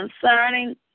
concerning